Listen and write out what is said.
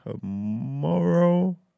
tomorrow